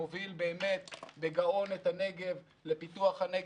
הוא מוביל בגאון את פיתוח הנגב,